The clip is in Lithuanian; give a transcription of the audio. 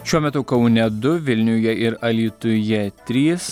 šiuo metu kaune du vilniuje ir alytuje trys